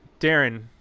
Darren